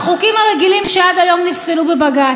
החוקים הרגילים שעד היום נפסלו בבג"ץ.